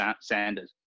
Sanders